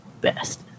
best